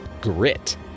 Grit